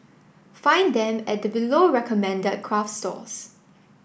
find them at the below recommended craft stores